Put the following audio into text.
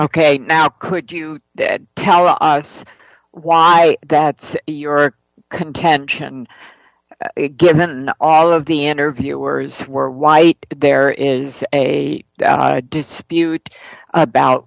ok now could you tell us why that's your contention given all of the interviewers were white there is a dispute about